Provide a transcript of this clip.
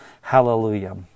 hallelujah